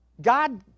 God